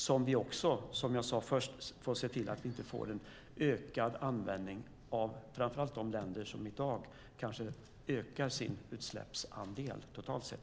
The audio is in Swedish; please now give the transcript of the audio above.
Som jag sade först får vi se till att det inte blir en ökad användning, framför allt kanske i de länder som i dag ökar sin utsläppsandel totalt sett.